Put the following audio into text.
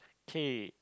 okay